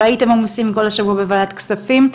והייתם עמוסים כל השבוע בוועדת כספים.